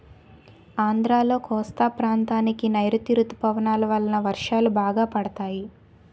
ఆంధ్రాలో కోస్తా ప్రాంతానికి నైరుతీ ఋతుపవనాలు వలన వర్షాలు బాగా పడతాయి